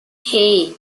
hey